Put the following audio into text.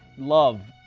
love.